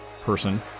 person